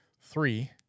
Three